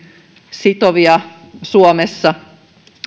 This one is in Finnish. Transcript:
sitovia suomessa